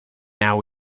now